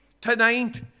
tonight